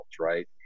right